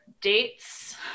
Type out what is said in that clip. dates